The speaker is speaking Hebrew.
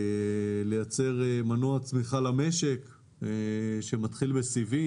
לייצר מנוע צמיחה שמתחיל בסיבים,